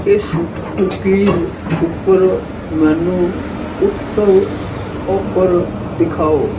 ਇਸ ਕੂਕੀਜ਼ ਉੱਪਰ ਮੈਨੂੰ ਉਤਸਵ ਆਫ਼ਰ ਦਿਖਾਓ